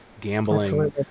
gambling